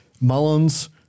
Mullins